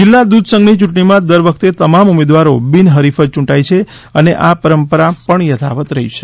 જિલ્લા દૂધ સંઘની ચૂંટણીમાં દર વખતે તમામ ઉમેદવારો બિનહરીફ જ યૂંટાય છે અને આ પરંપરા પણ યથાવત રહી છે